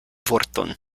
vorton